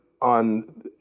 on